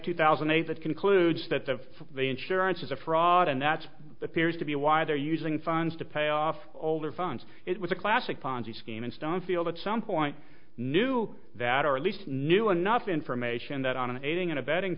two thousand and eight that concludes that the the insurance is a fraud and that's appears to be why they're using funds to pay off all their phones it was a classic ponzi scheme and stanfield at some point knew that or at least knew enough information that on aiding and abetting